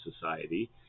society